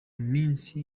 misa